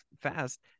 fast